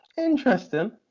Interesting